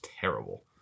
terrible